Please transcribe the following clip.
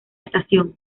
estación